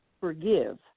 Forgive